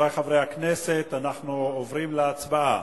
חברי חברי הכנסת, אנחנו עוברים להצבעה.